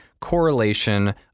correlation